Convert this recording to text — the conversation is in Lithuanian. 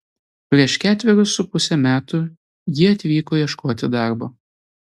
prieš ketverius su puse metų ji atvyko ieškoti darbo